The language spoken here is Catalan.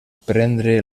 prendre